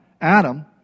Adam